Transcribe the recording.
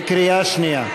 בקריאה שנייה.